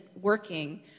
working